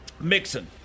Mixon